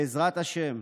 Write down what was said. בעזרת השם,